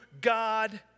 God